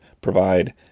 provide